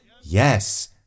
Yes